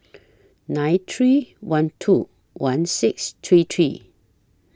nine three one two one six three three